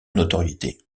notoriété